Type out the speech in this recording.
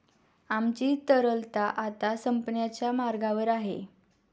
आमची तरलता आता संपण्याच्या मार्गावर आहे